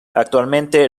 actualmente